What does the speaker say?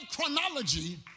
chronology